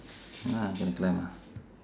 !huh! gotta climb ah